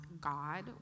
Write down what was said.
God